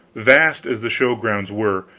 vast as the show-grounds were,